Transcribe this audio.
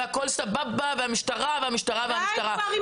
והכל סבבה עם המשטרה --- די כבר עם השטויות האלה,